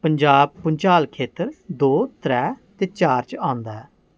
पंजाब भुंचाल खेतर दो त्रै ते चार च औंदा ऐ